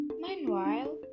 Meanwhile